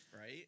Right